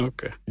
Okay